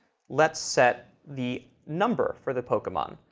let's set the number for the pokemon.